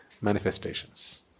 manifestations